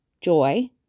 joy